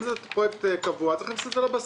אם זה פרויקט קבוע, צריך להכניס את זה לבסיס.